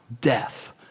death